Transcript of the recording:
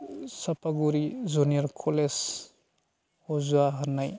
चापागुरि junior college मजुवा होननाय